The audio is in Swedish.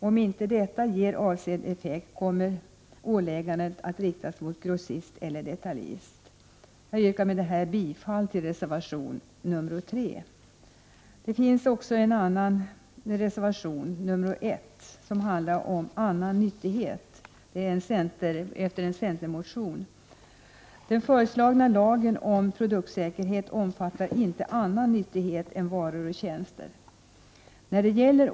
Om ett sådant åläggande inte ger avsedd effekt kommer åläggandet att meddelas grossist eller detaljist. Jag yrkar bifall till reservation 3. Det finns också en annan reservation, nr 1, som handlar om annan nyttighet och som är grundad på en centermotion. Den föreslagna lagen om produktsäkerhet omfattar inte annan nyttighet än varor och tjänster.